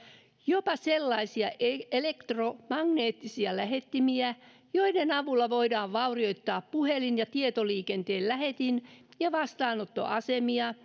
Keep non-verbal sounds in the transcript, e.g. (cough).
jopa sellaisia elektromagneettisia lähettimiä joiden avulla voidaan vaurioittaa puhelin ja tietoliikenteen lähetin ja vastaanottoasemia (unintelligible)